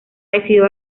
decidido